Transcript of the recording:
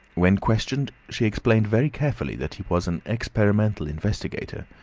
when questioned, she explained very carefully that he was an experimental investigator,